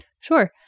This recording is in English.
Sure